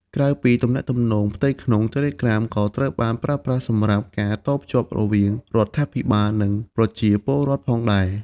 ក្រៅពីទំនាក់ទំនងផ្ទៃក្នុង Telegram ក៏ត្រូវបានប្រើប្រាស់សម្រាប់ការតភ្ជាប់រវាងរដ្ឋាភិបាល និងប្រជាពលរដ្ឋផងដែរ។